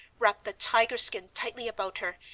wrapped the tiger skin tightly about her,